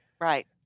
Right